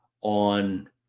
on